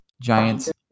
Giants